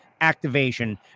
activation